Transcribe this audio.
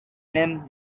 name